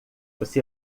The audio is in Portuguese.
você